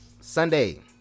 Sunday